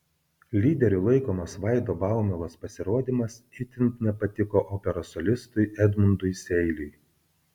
lyderiu laikomas vaido baumilos pasirodymas itin nepatiko operos solistui edmundui seiliui